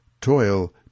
toil